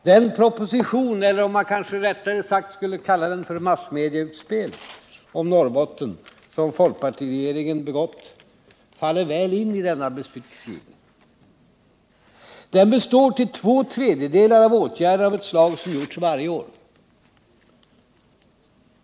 Den proposition — eller kanske, rättare sagt, det massmediautspel — om Norrbotten som folkpartiregeringen har begått faller väl in under denna beskrivning. Den består till två tredjedelar av åtgärder av ett slag som har vidtagits varje år.